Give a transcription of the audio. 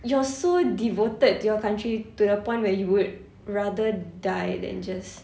you are so devoted to your country to the point where you would rather die than just